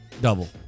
double